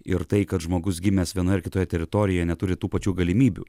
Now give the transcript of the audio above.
ir tai kad žmogus gimęs vienoje ar kitoje teritorijoje neturi tų pačių galimybių